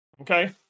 okay